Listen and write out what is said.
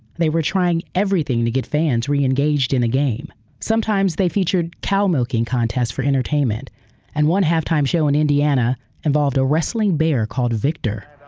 they were trying everything to get fans re-engaged in the game. sometimes they featured cow milking contests for entertainment and one half time show in indiana involved a wrestling bear called victor